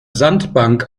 sandbank